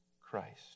Christ